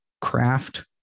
craft